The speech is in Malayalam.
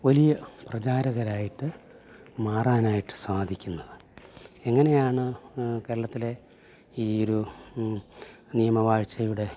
വലിയ പ്രചാരകരായിട്ട് മാറാനായിട്ട് സാധിക്കുന്നത് എങ്ങനെയാണ് കേരളത്തിലെ ഈ ഒരു നിയമ വാഴ്ചയുടെ